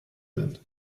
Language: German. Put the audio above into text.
sind